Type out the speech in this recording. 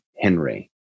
Henry